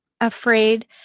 afraid